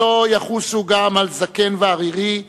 שלא יחוסו גם על זקן וערירי,